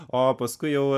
o paskui jau